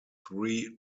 three